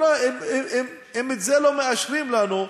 אם את זה לא מאשרים לנו,